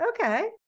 okay